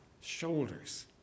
shoulders